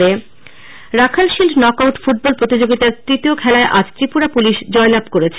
বাখাল shield Rakhal shield knock out football প্রতিযোগিতার তৃতীয় খেলায় আজ ত্রিপুৱা পুলিশ জয়লাভ করেছে